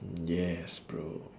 yes bro